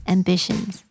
ambitions